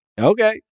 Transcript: Okay